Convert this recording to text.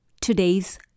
today's